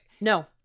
No